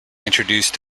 introduced